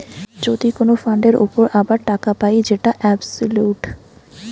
যদি কোন ফান্ডের উপর আবার টাকা পায় যেটা অবসোলুট